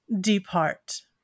depart